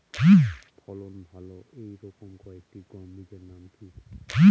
ফলন ভালো এই রকম কয়েকটি গম বীজের নাম কি?